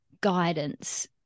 guidance